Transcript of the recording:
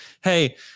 Hey